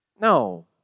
No